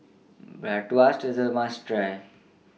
Bratwurst IS A must Try